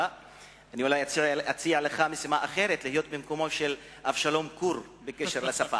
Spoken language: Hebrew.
אולי אציע לך משימה אחרת: להיות במקומו של אבשלום קוּר בקשר לשפה.